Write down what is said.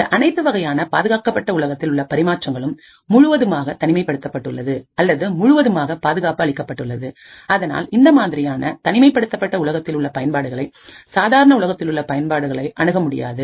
இந்த அனைத்து வகையான பாதுகாக்கப்பட்ட உலகத்தில் உள்ள பரிமாற்றங்களும் முழுவதுமாக தனிமை படுத்தப்பட்டுள்ளது அல்லது முழுவதுமாக பாதுகாப்பு அளிக்கப்பட்டுள்ளது அதனால் இந்த மாதிரியான தனிமைப்படுத்தப்பட்ட உலகத்தில் உள்ள பயன்பாடுகளை சாதாரண உலகத்திலுள்ள பயன்பாடுகளை அணுக முடியாது